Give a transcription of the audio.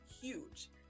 huge